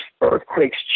earthquake's